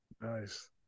nice